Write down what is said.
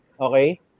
okay